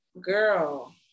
girl